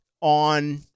on